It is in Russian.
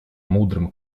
мудрым